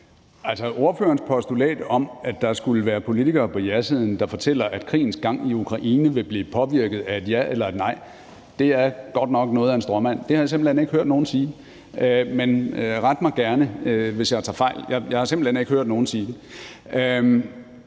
Ordførerens postulat om, at der skulle være politikere på jasiden, der fortæller, at krigens gang i Ukraine vil blive påvirket af et ja eller et nej, er godt nok noget af en stråmand. Det har jeg simpelt hen ikke hørt nogen sige, men ret mig gerne, hvis jeg tager fejl. Jeg har simpelt hen ikke hørt nogen sige det.